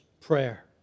prayer